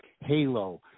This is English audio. halo